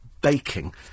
baking